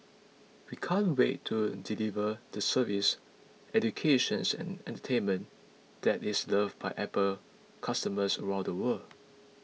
we can't wait to deliver the service educations and entertainment that is loved by Apple customers around the world